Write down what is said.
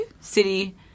City